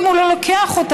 אם הוא לא לוקח אותה,